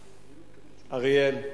אריאל,